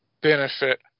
benefit